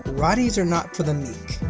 rotties are not for the meek.